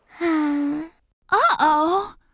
Uh-oh